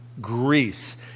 Greece